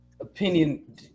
opinion